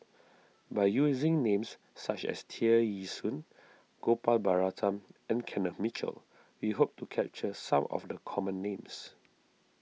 by using names such as Tear Ee Soon Gopal Baratham and Kenneth Mitchell we hope to capture some of the common names